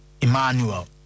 Emmanuel